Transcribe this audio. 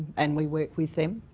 and we work with them.